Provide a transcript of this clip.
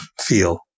feel